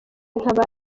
nkaba